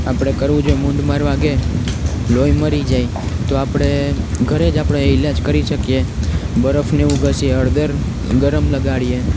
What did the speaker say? આપણે કરવું જોઈએ મૂંઢમાર વાગે લોહી મરી જાય તો આપણે ઘરે જ આપણે ઈલાજ કરી શકીએ બરફને એવું ઘસીએ હળદર ગરમ લગાડીએ